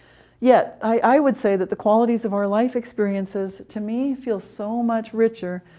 yet i would say that the qualities of our life experiences to me feel so much richer,